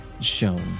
shown